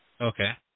Okay